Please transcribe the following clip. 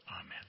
Amen